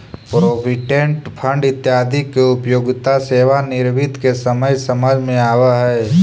provident fund इत्यादि के उपयोगिता सेवानिवृत्ति के समय समझ में आवऽ हई